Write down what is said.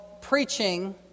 preaching